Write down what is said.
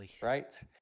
right